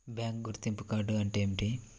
Bank గుర్తింపు card అంటే ఏమిటి?